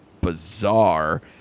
bizarre